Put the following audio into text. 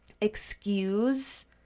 excuse